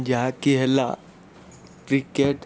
ଯାହା କି ହେଲା କ୍ରିକେଟ୍